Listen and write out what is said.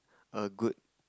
a good